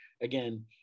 again